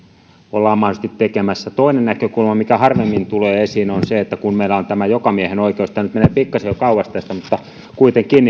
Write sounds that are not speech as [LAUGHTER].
ollaan mahdollisesti tekemässä toinen näkökulma mikä harvemmin tulee esiin on se kun meillä on tämä jokamiehen oikeus tämä nyt menee pikkasen jo kauas tästä mutta kuitenkin [UNINTELLIGIBLE]